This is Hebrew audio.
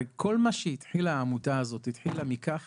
הרי כל מה שהתחילה העמותה הזאת התחילה מכך